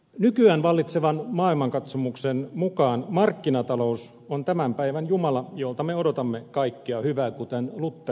nykyään vallitsevan maailmankatsomuksen mukaan markkinatalous on tämän päivän jumala jolta me odotamme kaikkea hyvää kuten luther sanoisi